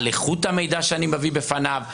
על איכות המידע שאני מביא בפניו,